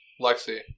Lexi